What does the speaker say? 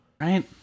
Right